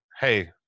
Hey